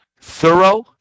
thorough